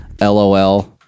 LOL